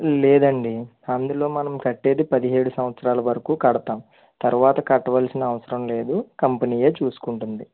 లేదండి అందులో మనం కట్టేది పదిహేడు సంవత్సరాల వరకు కడతాం తరువాత కట్టవలసిన అవసరం లేదు కంపెనీయే చూసుకుంటుంది